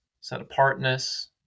set-apartness